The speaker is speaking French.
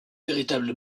véritable